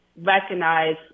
recognize